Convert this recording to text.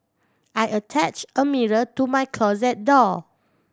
I attach a mirror to my closet door